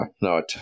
no